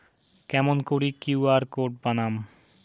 কেমন করি QR code বানাম?